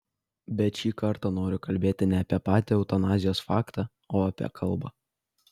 bet šį kartą noriu kalbėti ne apie patį eutanazijos faktą o apie kalbą